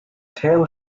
tail